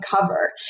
cover